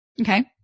Okay